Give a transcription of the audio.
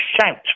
shout